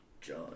John